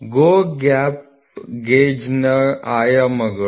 GO gap ಗೇಜ್ನ ಆಯಾಮಗಳು 24